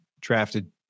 drafted